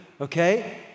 Okay